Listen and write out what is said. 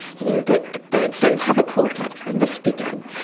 you know but birds don't have a cortex, they must be dumb.